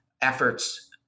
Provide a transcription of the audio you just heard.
efforts